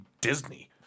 Disney